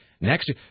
Next